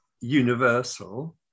universal